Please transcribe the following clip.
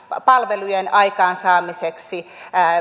palvelujen aikaansaamiseksi